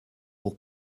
pour